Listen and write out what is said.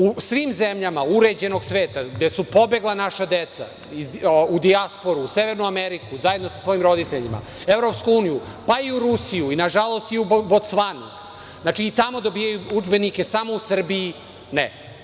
U svim zemljama uređenog sveta gde su pobegla naša deca u dijasporu, u Severnu Ameriku, zajedno sa svojim roditeljima, EU, pa i u Rusiju, nažalost, i u Bocvanu, znači, i tamo dobijaju udžbenike, samo u Srbiji ne.